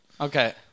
Okay